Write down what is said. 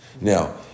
Now